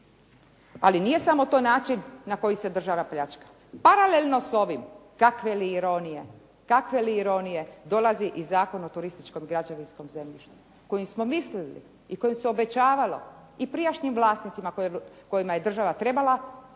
Ali nije samo to način na koji se država pljačka. Paralelno s ovim, kakve li ironije, dolazi i Zakon o turističkom i građevinskom zemljištu kojim smo mislili i kojim se obećavalo i prijašnjim vlasnicima kojima je država trebala